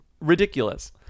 ridiculous